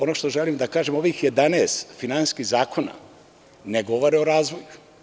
Ono što želim da kažem, ovih 11 finansijskih zakona ne govore o razvoju.